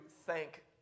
thank